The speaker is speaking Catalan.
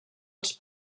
als